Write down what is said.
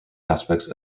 aspects